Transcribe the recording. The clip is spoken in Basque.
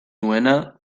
nuena